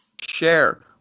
share